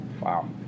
Wow